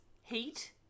Heat